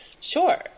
Sure